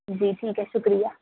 جی ٹھیک ہے شکریہ